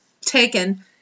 Taken